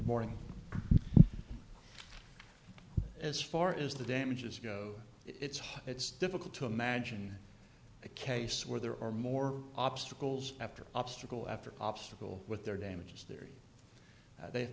morning as far as the damages go it's high it's difficult to imagine a case where there are more obstacles after obstacle after obstacle with their damages theory